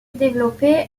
développé